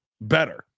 better